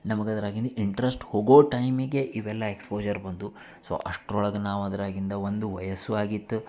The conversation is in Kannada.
ನಮ್ಗೆ ಅದ್ರಾಗಿನ ಇಂಟ್ರೆಸ್ಟ್ ಹೋಗೋ ಟೈಮಿಗೆ ಇವೆಲ್ಲ ಎಕ್ಸ್ಪೋಷರ್ ಬಂದವು ಸೋ ಅಷ್ಟರೊಳಗ್ ನಾವು ಅದರಾಗಿಂದ ಒಂದು ವಯಸ್ಸು ಆಗಿತ್ತು